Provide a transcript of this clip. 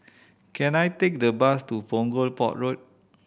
can I take a bus to Punggol Port Road